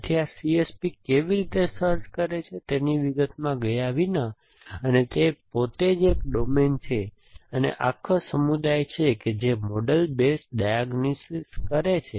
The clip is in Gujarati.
તેથી આ C S P કેવી રીતે સર્ચ કરે છે તેની વિગતોમાં ગયા વિના અને તે પોતે જ એક ડોમેન છે અને એક આખો સમુદાય છે જે મોડેલ બેઝ ડાયગ્નોસિસ કરે છે